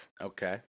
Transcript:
Okay